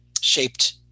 shaped